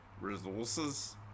resources